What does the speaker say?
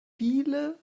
viele